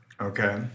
Okay